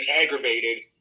aggravated